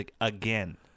again